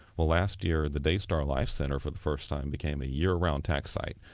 well, last year, the daystar life center for the first time became a year-round tax site.